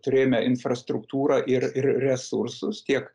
turėjome infrastruktūrą ir ir resursus tiek